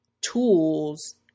tools